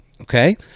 Okay